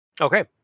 Okay